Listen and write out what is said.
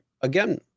again